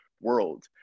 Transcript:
world